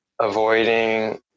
avoiding